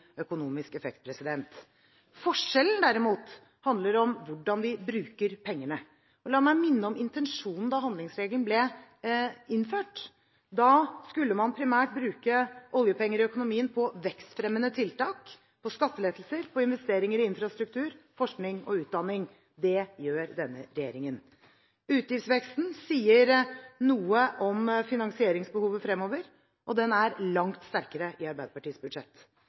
økonomisk effekt. Forskjellen, derimot, handler om hvordan vi bruker pengene. La meg minne om intensjonen da handlingsregelen ble innført. Da skulle man primært bruke oljepenger i økonomien på vekstfremmende tiltak, på skattelettelser, på investeringer i infrastruktur, forskning og utdanning. Det gjør denne regjeringen. Utgiftsveksten sier noe om finansieringsbehovet fremover, og den er langt sterkere i Arbeiderpartiets budsjett,